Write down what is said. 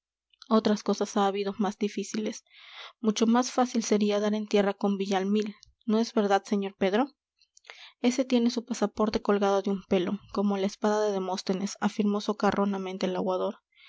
otras cosas ha habido más difíciles mucho más fácil sería dar en tierra con villamil no es verdad sr pedro ese tiene su pasaporte colgado de un pelo como la espada de demóstenes afirmó socarronamente el aguador